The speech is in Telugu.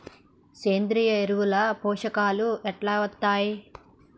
సేంద్రీయ ఎరువుల లో పోషకాలు ఎట్లా వత్తయ్?